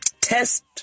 test